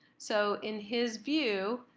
so in his view,